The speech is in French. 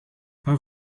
pas